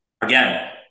again